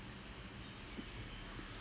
that took them by surprise